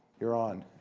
you're on.